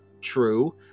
true